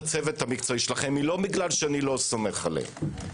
הצוות המקצועי שלכם היא לא כי אני לא סומך עליהם,